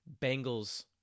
Bengals